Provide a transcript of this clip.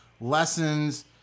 lessons